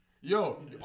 Yo